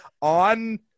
on